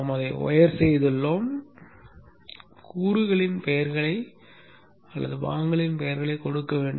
நாம் அதை ஒயர் செய்துள்ளோம் கூறுகளின் பெயர்களைக் கொடுக்க வேண்டும்